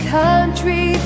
country